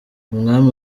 umwami